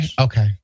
okay